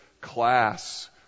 class